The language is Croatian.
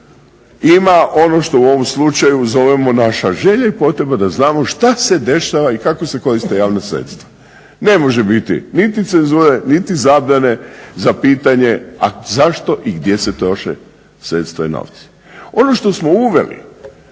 ima ono što u ovom slučaju zovemo naša želja i potreba da znamo šta se dešava i kako se koriste javna sredstva. Ne može biti niti cenzure niti zabrane za pitanje zašto i gdje se troše sredstva i novci. Ono što smo uveli